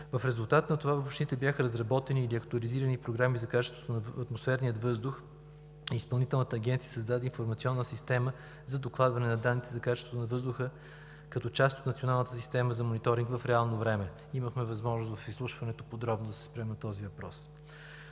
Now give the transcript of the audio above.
В резултат на това в общините бяха разработени или актуализирани програми за качеството на атмосферния въздух и Изпълнителната агенция създаде информационна система за докладване данните за качеството на въздуха като част от националната система за мониторинг в реално време. Имахме възможност в изслушването подробно да се спрем на този въпрос.